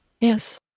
Yes